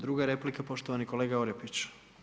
Druga replika poštovani kolega Orepić.